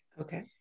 Okay